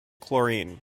chlorine